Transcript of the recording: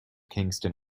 kingston